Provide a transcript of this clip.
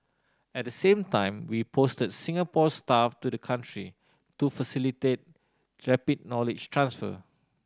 at the same time we posted Singapore staff to the country to facilitate rapid knowledge transfer